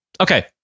Okay